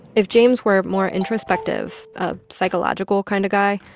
if james were more introspective, a psychological kind of guy,